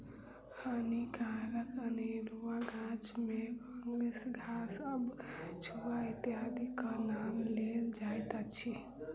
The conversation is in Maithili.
हानिकारक अनेरुआ गाछ मे काँग्रेस घास, कबछुआ इत्यादिक नाम लेल जाइत अछि